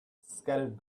scattered